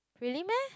really meh